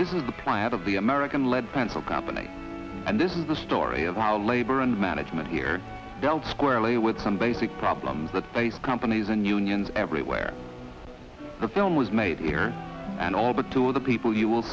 this is the plant of the american lead pencil company and this is the story of how labor and management here dealt squarely with some basic problems that face companies and unions everywhere the film was made here and all but two of the people you will